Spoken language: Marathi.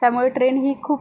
त्यामुळे ट्रेन ही खूप